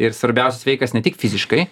ir svarbiausia sveikas ne tik fiziškai